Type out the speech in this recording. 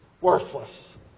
Worthless